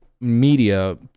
media